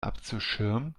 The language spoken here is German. abzuschirmen